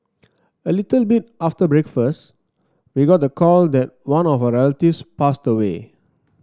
a little bit after breakfast we got the call that one of our passed away